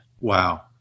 Wow